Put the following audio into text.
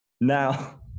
Now